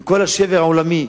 עם כל השבר הכלכלי העולמי,